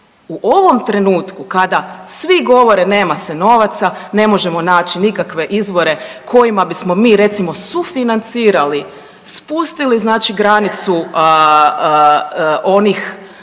U ovom trenutku kada svi govore nema se novaca, ne možemo naći nikakve izvore, kojima bismo mi, recimo sufinancirali, spustili znači granicu onog